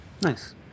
Nice